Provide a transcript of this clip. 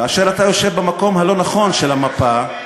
כאשר אתה יושב במקום הלא-נכון של המפה,